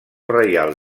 reial